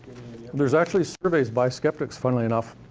there's actually surveys by skeptics, funnily enough,